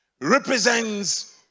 Represents